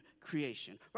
creation